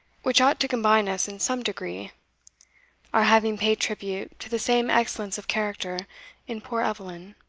which ought to combine us in some degree our having paid tribute to the same excellence of character in poor eveline.